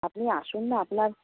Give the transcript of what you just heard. আপনি আসুন না আপনার